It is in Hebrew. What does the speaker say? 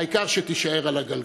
העיקר שתישאר על הגלגל.